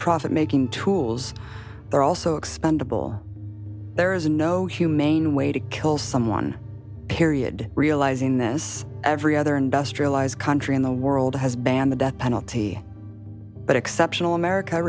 profit making tools they're also expendable there is no humane way to kill someone period realizing this every other industrialized country in the world has banned the death penalty but exceptional america